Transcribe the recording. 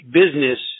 business